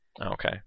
Okay